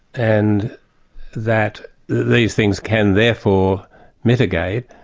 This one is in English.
and that these things can therefore mitigate.